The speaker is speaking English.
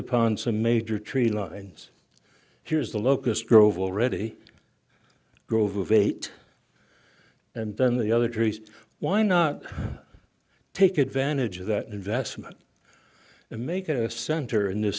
upon some major tree lines here's the locust grove already grove of eight and then the other trees why not take advantage of that investment to make a center in th